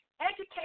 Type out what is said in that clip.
educate